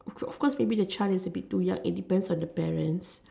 of course maybe the child is a bit too young it depends on the parents